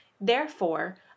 Therefore